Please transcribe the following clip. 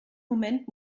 moment